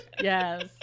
Yes